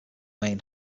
main